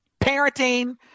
parenting